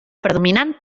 predominant